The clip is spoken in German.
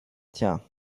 tja